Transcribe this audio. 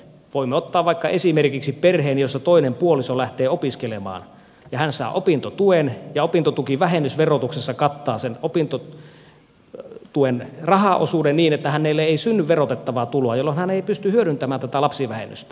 voimme ottaa vaikka esimerkiksi perheen jossa toinen puoliso lähtee opiskelemaan ja saa opintotuen ja opintotukivähennys verotuksessa kattaa sen opintotuen rahaosuuden niin että hänelle ei synny verotettavaa tuloa jolloin hän ei pysty hyödyntämään tätä lapsivähennystä